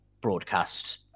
broadcast